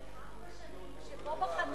שבו בחנו